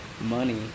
money